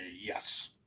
Yes